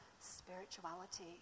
Spirituality